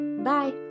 Bye